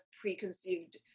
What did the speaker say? preconceived